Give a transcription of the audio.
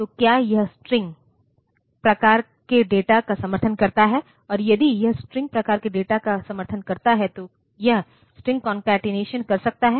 तो क्या यह स्ट्रिंग प्रकार के डेटा का समर्थन करता है और यदि यह स्ट्रिंग प्रकार के डेटा का समर्थन करता है तो यह स्ट्रिंग कौनकतीनेशनकर सकता है